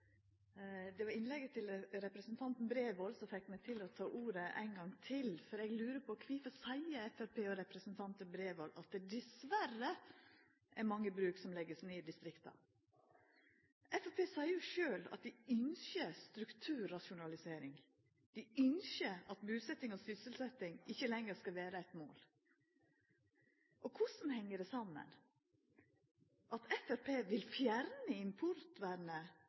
Det var innlegget til representanten Bredvold som fekk meg til å ta ordet ein gong til, for eg lurar på kvifor Framstegspartiet og representanten Bredvold seier at diverre er det mange bruk som vert lagde ned i distrikta. Framstegspartiet seier jo sjølv at dei ønskjer strukturrasjonalisering. Dei ønskjer at busetjing og sysselsetjing ikkje lenger skal vera eit mål. Korleis heng det saman at Framstegspartiet vil fjerna importvernet,